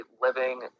living